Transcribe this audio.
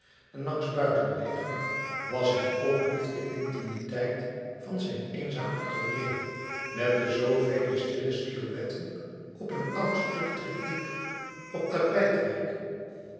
en langs uitwegen was hem ook lief de intimiteit van zijn eenzaam atelier met de zoovele stille silhouetten op een oud stuk tryptiek op